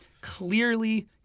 clearly